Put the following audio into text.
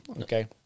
Okay